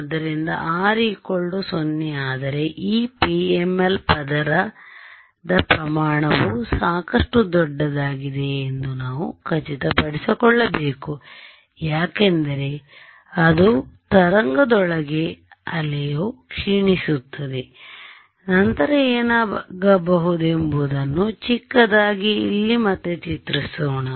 ಆದ್ದರಿಂದ R0 ಆದರೆ ಈ PML ಪದರದ ಪ್ರಮಾಣವು ಸಾಕಷ್ಟು ದೊಡ್ಡದಾಗಿದೆ ಎಂದು ನಾವು ಖಚಿತಪಡಿಸಿಕೊಳ್ಳಬೇಕು ಯಾಕೆಂದರೆ ಅದು ತರಂಗದೊಳಗೆ ಅಲೆಯು ಕ್ಷೀಣಿಸುತ್ತದೆ ನಂತರ ಏನಾಗಬಹುದೆಂಬುದನ್ನು ಚಿಕ್ಕದಾಗಿ ಇಲ್ಲಿ ಮತ್ತೆ ಚಿತ್ರಿಸೋಣ